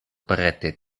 prete